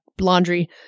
laundry